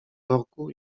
dworku